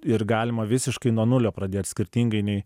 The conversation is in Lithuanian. ir galima visiškai nuo nulio pradėt skirtingai nei